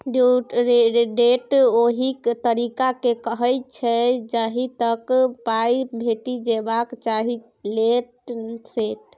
due date ओहि तारीख केँ कहय छै जहिया तक पाइ भेटि जेबाक चाही लेट सेट